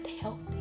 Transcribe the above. healthy